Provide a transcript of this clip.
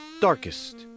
darkest